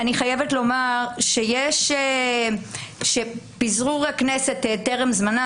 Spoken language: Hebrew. אני חייבת לומר שפיזור הכנסת טרם זמנה